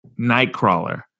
Nightcrawler